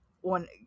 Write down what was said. one